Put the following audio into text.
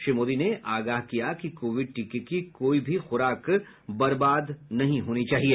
श्री मोदी ने आगाह किया कि कोविड टीके की कोई भी खुराक बर्बाद नहीं होनी चाहिए